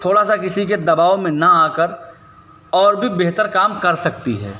थोड़ा सा किसी के दबाव में ना आकर और भी बेहतर काम कर सकती है